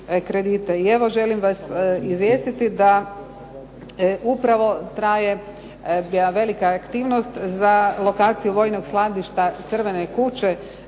I evo, želim vas izvijestiti da upravo traje jedna velika aktivnost za lokaciju vojnog skladišta Crvene kuće